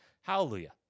hallelujah